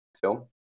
film